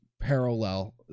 parallel